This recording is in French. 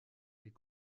est